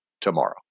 tomorrow